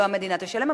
לא המדינה תשלם,